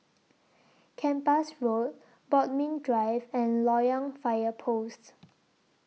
Kempas Road Bodmin Drive and Loyang Fire Post